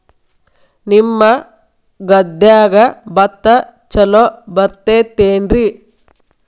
ನಿಮ್ಮ ಗದ್ಯಾಗ ಭತ್ತ ಛಲೋ ಬರ್ತೇತೇನ್ರಿ?